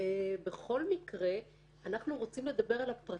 אבל אנחנו רוצים לדבר גם על הפרטים.